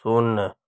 शून्य